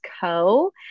co